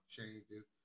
Changes